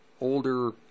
older